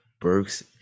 Burks